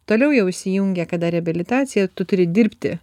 toliau jau įsijungia kada reabilitacija tu turi dirbti